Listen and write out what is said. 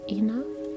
enough